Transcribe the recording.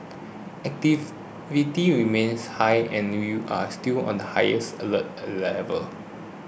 activity remains high and we are still on highest alert level